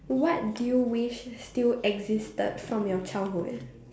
what do you wish still existed from your childhood